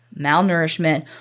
malnourishment